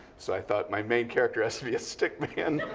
so i thought my main character has to be a stick man